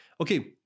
Okay